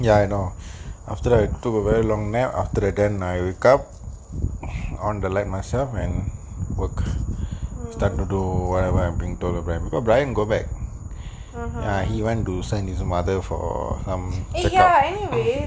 ya I know after that I took a very long nap after that then I wake up I want to let myself and work start to do whatever I bring to there oh bryan go back ah he went to send his mother for some checkup